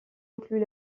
inclut